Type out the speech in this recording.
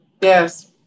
Yes